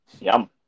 Yum